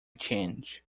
change